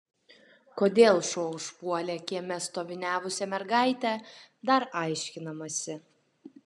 kodėl šuo užpuolė kieme stoviniavusią mergaitę dar aiškinamasi